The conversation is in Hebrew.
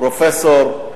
פרופסור,